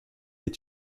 est